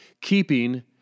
Keeping